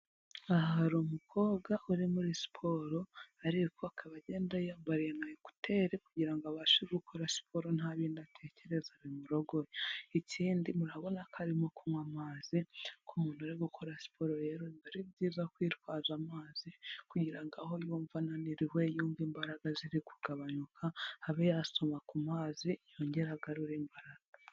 Aha hari umukobwa uri muri siporo ariko akaba agenda yiyambariye ekuteri kugira ngo abashe gukora siporo nta bindi atekereza bimurogoya. Ikindi murabona ko arimo kunywa amazi, ku muntu uri gukora siporo rero biba ari byiza kwitwaza amazi kugira ngo aho yumva ananiriwe yummva imbaraga ziri kugabanuka abe asoma ku mazi yongera agarura imbaraga.